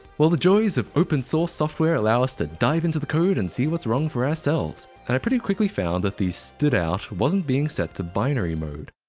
well the joys of open source software allow us to dive into the code and see what's wrong for ourselves, and i pretty quickly found that the stdout wasn't being set to binary mode.